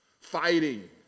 fighting